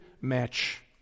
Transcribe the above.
match